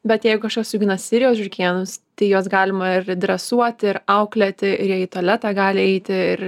bet jeigu kažkas augina sirijos žiurkėnus juos galima ir dresuoti ir auklėti ir jie į tualetą gali eiti ir